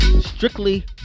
strictly